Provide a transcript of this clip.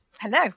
Hello